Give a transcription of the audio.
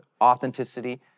authenticity